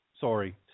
Sorry